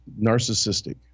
narcissistic